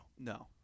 No